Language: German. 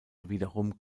wiederum